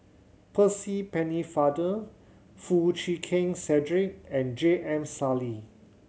Percy Pennefather Foo Chee Keng Cedric and J M Sali